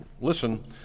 listen